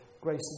grace